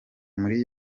muri